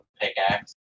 pickaxe